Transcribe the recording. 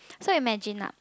so imagine now